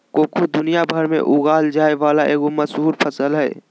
cocoa दुनिया भर में उगाल जाय वला एगो मशहूर फसल हइ